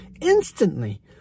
instantly